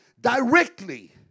directly